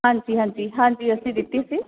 ਹਾਂਜੀ ਹਾਂਜੀ ਹਾਂਜੀ ਅਸੀਂ ਦਿੱਤੀ ਸੀ